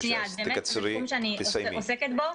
זה תחום שאני עוסקת בו,